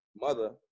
mother